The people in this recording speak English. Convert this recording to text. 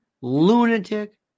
Lunatic